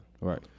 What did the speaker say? Right